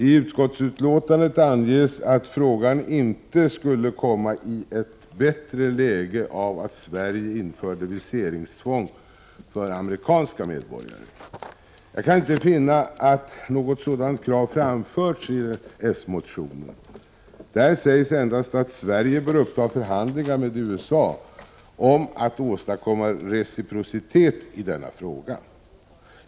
I utrikesutskottets betänkande anges att frågan inte skulle kommai ett bättre läge av att Sverige införde viseringstvång för amerikanska medborgare. Jag kan inte finna att något sådant krav framförts i den socialdemokratiska motionen. I den sägs endast att Sverige bör uppta förhandlingar med USA om att åstadkomma reciprocitet i denna fråga.